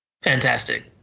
Fantastic